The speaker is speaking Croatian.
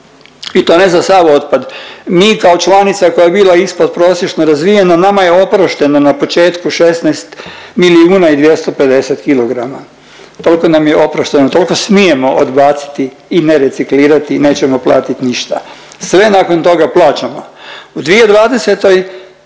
i to ne za sav otpad. Mi kao članica koja je bila ispodprosječno razvijena nama je oprošteno na početku 16 milijuna i 250 kilograma, tolko nam je oprošteno tolko smijemo odbaciti i ne reciklirati nećemo platiti ništa, sve nakon toga plaćamo. U 2020.